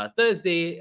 Thursday